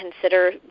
consider